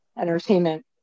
entertainment